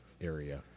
area